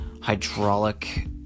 hydraulic